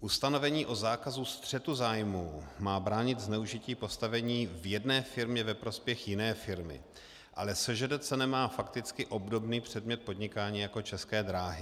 Ustanovení o zákazu střetu zájmů má bránit zneužití postavení v jedné firmě ve prospěch jiné firmy, ale SŽDC nemá fakticky obdobný předmět podnikání jako České dráhy.